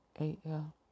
A-L